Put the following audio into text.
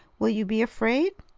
will you be afraid?